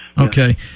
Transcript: Okay